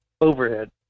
overhead